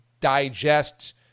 digest